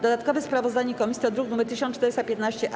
Dodatkowe sprawozdanie komisji to druk nr 1415-A.